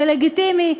זה לגיטימי,